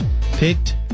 picked